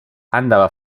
andava